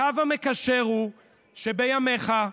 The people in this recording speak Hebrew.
הקו המקשר הוא שבימיך,